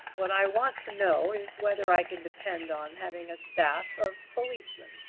what i want to know is whether i can depend on having a staff of policemen.